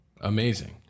amazing